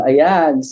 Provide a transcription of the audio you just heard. Ayan